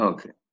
Okay